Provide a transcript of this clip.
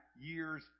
years